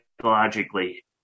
Psychologically